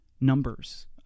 Numbers